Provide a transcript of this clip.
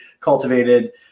cultivated